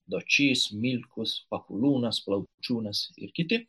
dočys milkus pakuliūnas plaučiūnas ir kiti